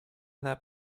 that